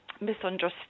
misunderstood